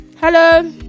Hello